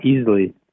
easily